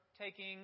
taking